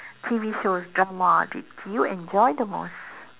T_V shows dramas did you enjoy the most